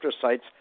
sites